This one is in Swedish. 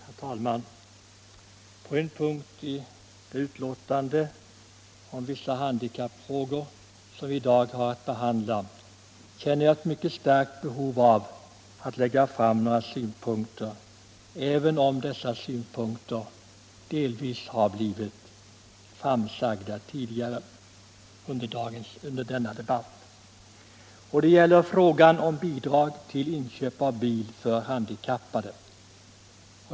Herr talman! På en punkt i det betänkande om vissa handikappfrågor som vi i dag har att behandla känner jag ett mycket starkt behov av att lägga fram några synpunkter, även om dessa synpunkter berörts tidigare under denna debatt. Det gäller frågan om bidrag till inköp av bil för handikappade.